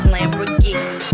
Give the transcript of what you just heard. Lamborghini